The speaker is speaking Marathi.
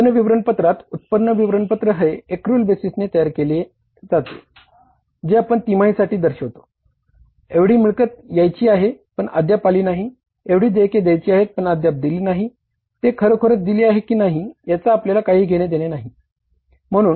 उत्पन्न विवरणपत्रात उत्पन्न विवरणपत्र हे एक्रूवल बेसिसवर दाखवले की आपण 8050 एवढे भाडे भरले आहे